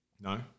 No